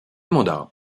mandarin